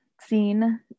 seen